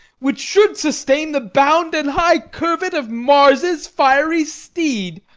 which should sustain the bound and high curvet of mars's fiery steed.